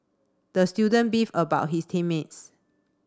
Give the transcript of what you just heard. the student beefed about his team mates